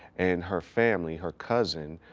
and her family, her cousin,